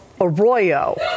Arroyo